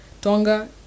tonga